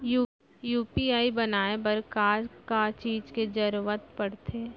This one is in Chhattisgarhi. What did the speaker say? यू.पी.आई बनाए बर का का चीज के जरवत पड़थे?